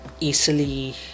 easily